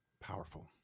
Powerful